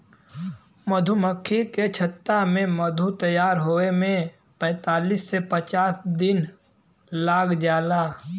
मधुमक्खी के छत्ता में मधु तैयार होये में पैंतालीस से पचास दिन लाग जाला